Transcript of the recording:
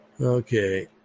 Okay